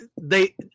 they-